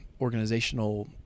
organizational